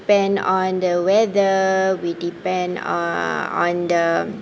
depend on the weather we depend uh on the